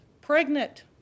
pregnant